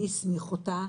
מי הסמיך אותה?